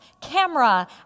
camera